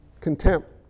contempt